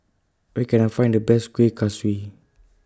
Where Can I Find The Best Kueh Kaswi